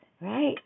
right